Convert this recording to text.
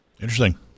Interesting